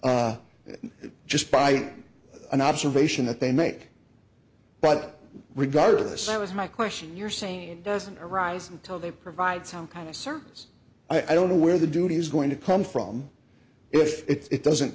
just by an observation that they make but regardless it was my question you're saying it doesn't arise till they provide some kind of service i don't know where the duty is going to come from if it doesn't